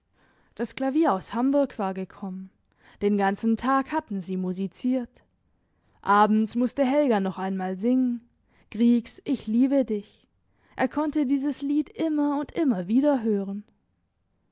das klavier aus hamburg war gekommen den ganzen tag hatten sie musiziert abends musste helga noch einmal singen griegs ich liebe dich er konnte dieses lied immer und immer wieder hören